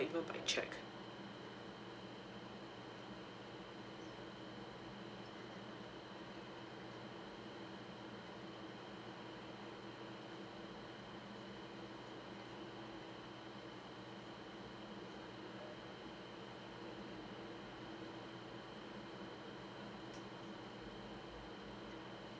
even by cheque